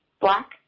black